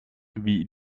wie